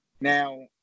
Now